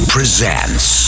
Presents